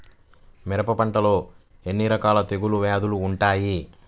మిరప పంటలో ఎన్ని రకాల తెగులు వ్యాధులు వుంటాయి?